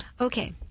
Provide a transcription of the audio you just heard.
Okay